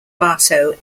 bartow